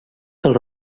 cal